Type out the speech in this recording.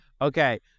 Okay